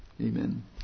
Amen